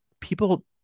people